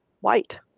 white